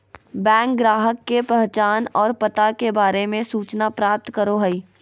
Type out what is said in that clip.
bank ग्राहक के पहचान और पता के बारे में सूचना प्राप्त करो हइ